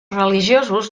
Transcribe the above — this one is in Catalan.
religiosos